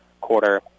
quarter